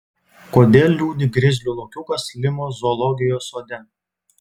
kodėl liūdi grizlių lokiukas limos zoologijos sode